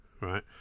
right